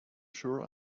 sure